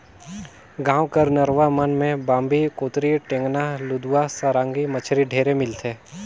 गाँव कर नरूवा मन में बांबी, कोतरी, टेंगना, लुदवा, सरांगी मछरी ढेरे मिलथे